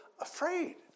afraid